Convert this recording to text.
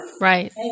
Right